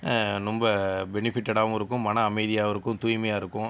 ரொம்ப பெனிஃபிட்டடாகவும் இருக்கும் மன அமைதியாகவும் இருக்கும் தூய்மையாக இருக்கும்